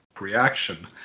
reaction